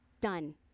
Done